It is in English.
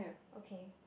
okay